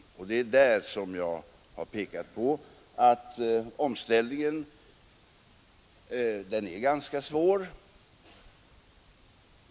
Den omställningen är, som jag pekat på, ganska svår.